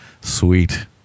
Sweet